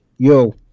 Yo